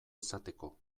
izateko